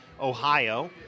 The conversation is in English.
Ohio